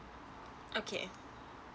okay